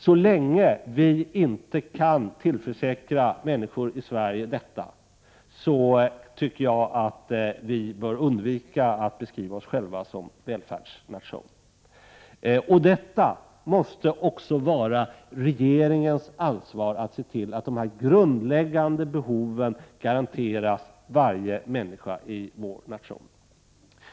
Så länge vi inte kan tillförsäkra människor i Sverige detta tycker jag att vi bör undvika att beskriva oss själva som en välfärdsnation. Det måste också vara regeringens ansvar att se till att de här grundläggande behoven garanteras varje människa i nationen.